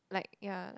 like ya like